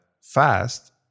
fast